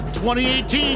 2018